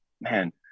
man